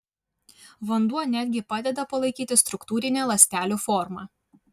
vanduo net gi padeda palaikyti struktūrinę ląstelių formą